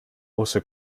also